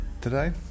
today